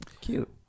Cute